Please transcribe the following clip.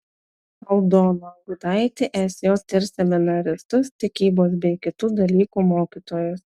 aldoną gudaitį sj ir seminaristus tikybos bei kitų dalykų mokytojus